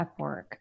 Upwork